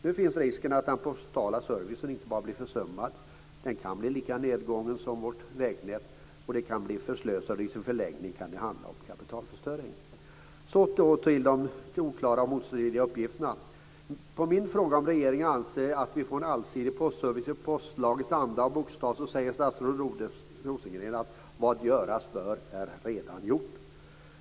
Nu finns risken att den postala servicen inte bara blir försummad, utan den kan bli lika nedgången som vårt vägnät och den kan också bli förslösad. I förlängningen kan det handla om kapitalförstöring. Så till de oklara och motstridiga uppgifterna. På min fråga om regeringen anser att vi får en allsidig postservice i postlagens anda och bokstav svarar statsrådet Rosengren att vad göras bör är redan gjort.